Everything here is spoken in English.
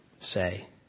say